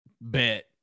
bet